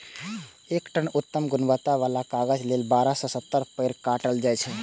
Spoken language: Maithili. एक टन उत्तम गुणवत्ता बला कागज लेल बारह सं सत्रह पेड़ काटल जाइ छै